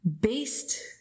based